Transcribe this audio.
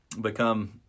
become